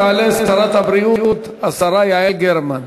תעלה שרת הבריאות, השרה יעל גרמן.